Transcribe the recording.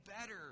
better